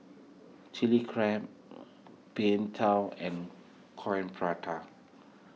Chilli Crab Png Tao and Coin Prata